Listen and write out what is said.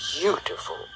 beautiful